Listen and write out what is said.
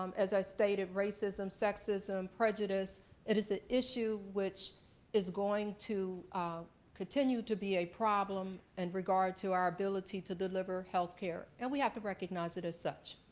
um as i stated, racism, sexism, prejudice, it is an issue which is going to continue to be a problem in and regard to our ability to deliver healthcare, and we have to recognize it as such,